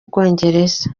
bwongereza